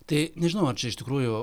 tai nežinau ar čia iš tikrųjų